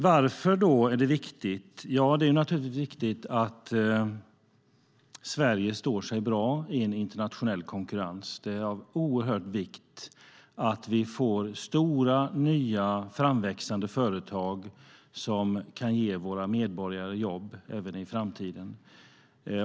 Varför är det viktigt? Det är naturligtvis viktigt att Sverige står sig bra i internationell konkurrens. Det är av oerhörd vikt att vi får stora, nya framväxande företag som kan ge våra medborgare jobb även i framtiden.